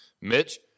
Mitch